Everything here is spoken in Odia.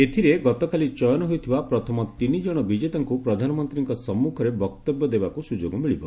ଏଥିରେ ଗତକାଲି ଚୟନ ହୋଇଥିବା ପ୍ରଥମ ତିନିଜଣ ବିଜେତାଙ୍କୁ ପ୍ରଧାନମନ୍ତ୍ରୀଙ୍କ ସମ୍ମୁଖରେ ବକ୍ତବ୍ୟ ଦେବାକୁ ସୁଯୋଗ ମିଳିବ